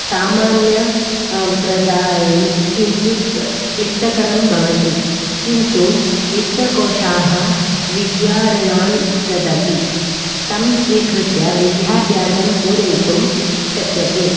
सामान्य प्रजायै किञ्चित् क्लिष्टकरं भवति किन्तु वित्तकोशाः विद्या ऋणान् ददति तं स्वीकृत्य विद्याभ्यासं पूरयितुं शक्यते